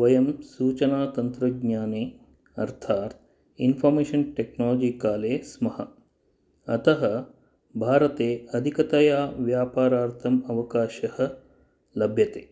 वयं सूचनातन्त्रज्ञाने अर्थात् इन्फोर्मेशन् टेक्नोलजि काले स्मः अतः भारते अधिकतया व्यापारार्थम् अवकाशः लभ्यते